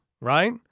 right